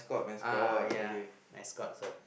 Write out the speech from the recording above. uh ya escort ah